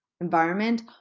environment